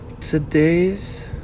Today's